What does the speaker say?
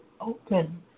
open